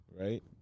right